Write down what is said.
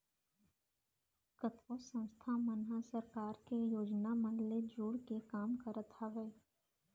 कतको संस्था मन ह सरकार के योजना मन ले जुड़के काम करत हावय